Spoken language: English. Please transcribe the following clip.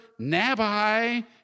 Nabai